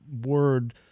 word